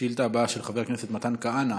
השאילתה הבאה היא של חבר הכנסת מתן כהנא,